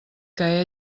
que